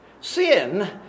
sin